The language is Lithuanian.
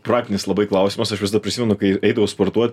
praktinis labai klausimas aš visada prisimenu kai eidavau sportuot